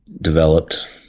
developed